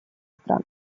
стран